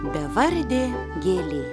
bevardė gėlė